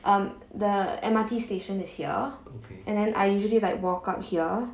um the M_R_T station is here and then I usually like walk up here